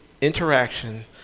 interaction